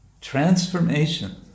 transformation